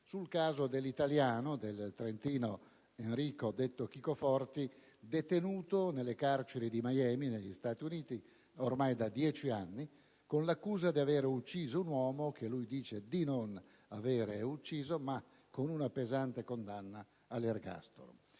sul caso dell'italiano - il trentino Enrico (detto Chicco) Forti - detenuto nelle carceri di Miami, negli Stati Uniti, ormai da 10 anni con l'accusa di aver ucciso un uomo (che lui dice di non aver ucciso), a cui è seguita una pesante condanna all'ergastolo.